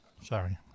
Sorry